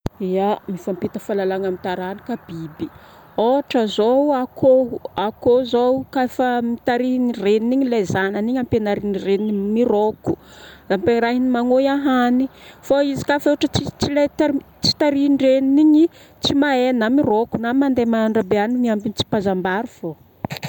Ya, mifampita fahalalagna amin taranaka biby. Ôhatra zao akôho, akôho zao ka fa mitarimy reniny igny ilay zanany igny ampianarin'ny reniny mirôhoko. Ampiarahany magnoe hanigny fa izy ka fa ôhatra tsy ilay tarihin'ny reniny igny tsy mahai na mirohoko na mandaiha mandraby hanigny fa miambigny tsipazambary fô.